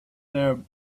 their